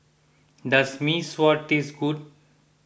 does Mee Sua tastes good